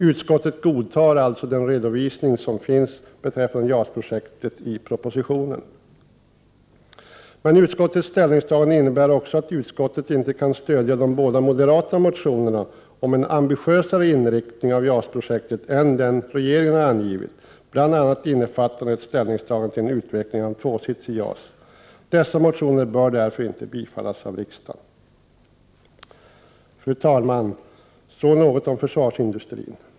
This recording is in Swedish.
Utskottet godtar alltså redovisningen av JAS-projektet i propositionen. Utskottets ställningstagande innebär att utskottet inte kan stödja de båda moderata motionerna om en ambitiösare inriktning av JAS-projektet än regeringen förordat, bl.a. innefattande ett ställningstagande till utveckling av en tvåsitsig JAS. Dessa motioner bör därför inte bifallas av riksdagen. Fru talman! Nu något om försvarsindustrin.